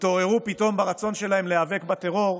התעוררו פתאום ברצון שלהם להיאבק בטרור: